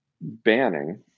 banning